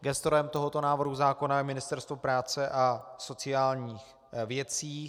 Gestorem tohoto návrhu zákona je Ministerstvo práce a sociálních věcí.